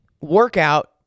workout